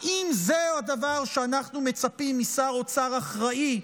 האם זהו הדבר שאנחנו מצפים משר אוצר אחראי,